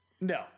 No